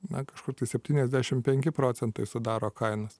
na kažkur tai septyniasdešim penki procentai sudaro kainos